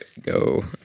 go